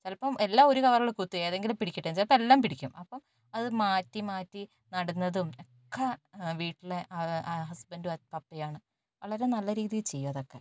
ചിലപ്പം എല്ലാം ഒരുകവറിൽ കുത്തും ഏതെങ്കിലും പിടിക്കട്ടെന്ന് ചിലപ്പോൾ എല്ലാം പിടിക്കും അപ്പം അത് മാറ്റി മാറ്റി നടുന്നതും ഒക്കെ വീട്ടിലെ ഹസ്ബൻറ്റും പപ്പയാണ് വളരെ നല്ലരീതിയിൽ ചെയ്യും അതൊക്കെ